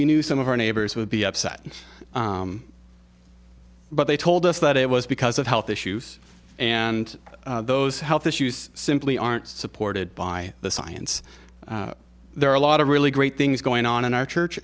we knew some of our neighbors would be upset but they told us that it was because of health issues and those health issues simply aren't supported by the science there are a lot of really great things going on in our church